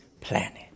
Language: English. planet